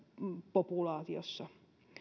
populaatiossa